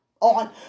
on